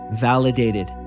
validated